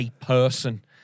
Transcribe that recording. person